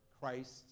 Christ